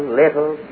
little